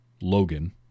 Logan